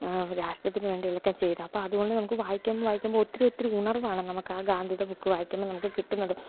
രാഷ്ട്രത്തിനുവേണ്ടി ഇതൊക്കെ ചെയ്ത് അപ്പോൾ അതുകൊണ്ട് നമുക്കു വായിക്കുമ്പോൾ വായിക്കുമ്പോൾ ഒത്തിരി ഒത്തിരി ഉണർവാണ് നമുക്ക് ആ ഗാന്ധിയുടെ ബുക്ക് വായിക്കുമ്പോൾ നമുക്കു കിട്ടുന്നത്